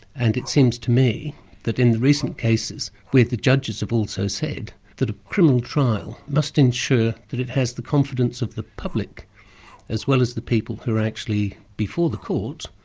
and it seems to me that in the recent cases, where the judges have also said that a criminal trial must ensure that it has the confidence of the public as well as the people who are actually before the court,